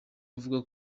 avuga